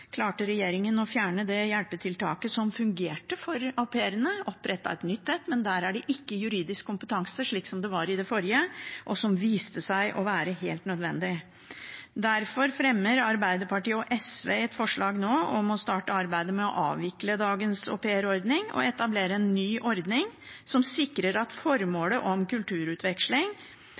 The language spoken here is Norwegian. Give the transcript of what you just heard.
klarte regjeringen å fjerne det hjelpetiltaket som fungerte for au pairene, og opprettet et nytt, men der er det ikke juridisk kompetanse, slik det var i det forrige – og som viste seg å være helt nødvendig. Derfor fremmer Arbeiderpartiet og SV nå et forslag om å starte arbeidet med å avvikle dagens aupairordning og etablere en ny ordning som sikrer at formålet om kulturutveksling,